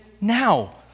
now